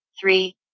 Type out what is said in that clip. Three